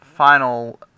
final